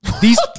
these-